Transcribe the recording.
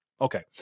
Okay